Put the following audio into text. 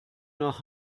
nach